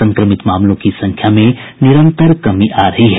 संक्रमित मामलों की संख्या में निरंतर कमी आ रही है